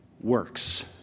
works